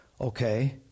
okay